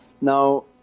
Now